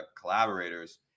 collaborators